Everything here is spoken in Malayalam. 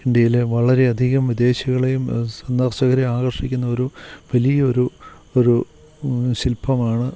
ഇന്ത്യയിലേ വളരെയധികം വിദേശികളെയും സന്ദർശകരെയും ആകർഷിക്കുന്ന ഒരു വലിയൊരു ഒരു ശിൽപ്പമാണ്